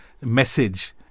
message